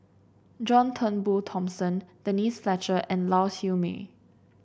John Turnbull Thomson Denise Fletcher and Lau Siew Mei